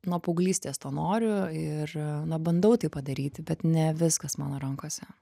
nuo paauglystės to noriu ir na bandau tai padaryti bet ne viskas mano rankose